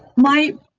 my